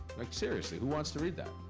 like seriously, who wants to read that?